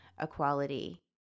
equality